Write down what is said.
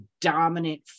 dominant